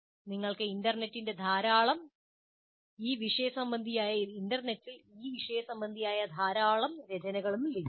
നിങ്ങൾക്ക് ഇന്റർനെറ്റിൽ ഈ വിഷയസംബന്ധിയായ സകല രചനകളും ധാരാളം ലഭിക്കും